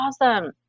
awesome